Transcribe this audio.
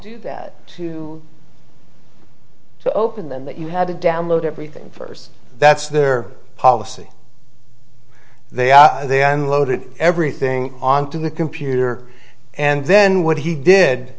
do that to to open then that you had to download everything first that's their policy they are then loaded everything onto the computer and then what he did